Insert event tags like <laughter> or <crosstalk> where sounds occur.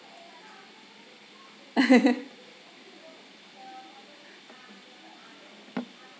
<laughs>